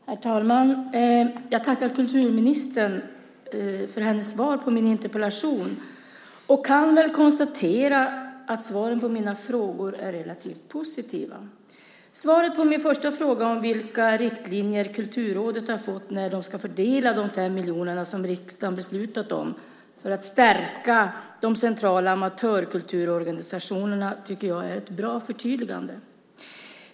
Herr talman! Jag tackar kulturministern för hennes svar på min interpellation och kan väl konstatera att svaren på mina frågor är relativt positiva. Svaret på min första fråga, vilka riktlinjer Kulturrådet har fått när det ska fördela de 5 miljoner som riksdagen beslutat om för att stärka de centrala amatörkulturorganisationerna, tycker jag är ett bra förtydligande.